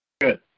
Good